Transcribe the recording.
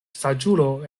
saĝulo